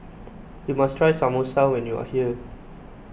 you must try Samosa when you are here